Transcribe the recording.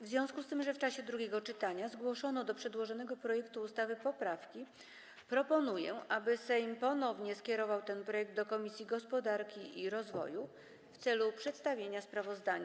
W związku z tym, że w czasie drugiego czytania zgłoszono do przedłożonego projektu ustawy poprawki, proponuję, aby Sejm ponownie skierował ten projekt do Komisji Gospodarki i Rozwoju w celu przedstawienia sprawozdania.